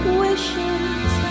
wishes